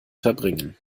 verbringen